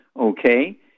Okay